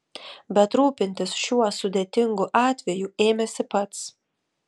bet rūpintis šiuo sudėtingu atveju ėmėsi pats